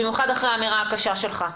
במיוחד אחרי האמירה הקשה שלך.